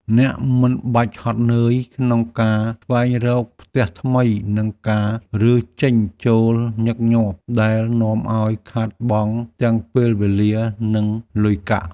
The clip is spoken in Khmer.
អ្នកមិនបាច់ហត់នឿយក្នុងការស្វែងរកផ្ទះថ្មីនិងការរើចេញចូលញឹកញាប់ដែលនាំឱ្យខាតបង់ទាំងពេលវេលានិងលុយកាក់។